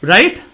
Right